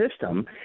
system